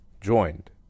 joined